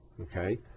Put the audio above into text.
Okay